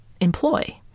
employ